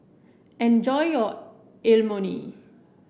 enjoy your Lmoni